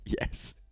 Yes